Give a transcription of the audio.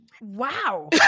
Wow